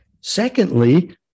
Secondly